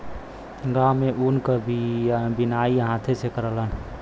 गांव में ऊन क बिनाई हाथे से करलन